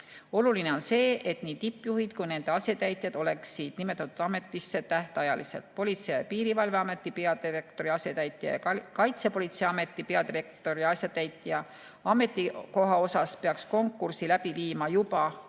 Oluline on see, et nii tippjuhid kui ka nende asetäitjad oleksid nimetatud ametisse tähtajaliselt. Politsei- ja Piirivalveameti peadirektori asetäitja ja Kaitsepolitseiameti peadirektori asetäitja ametikoha täitmiseks peaks konkursi läbi viima juba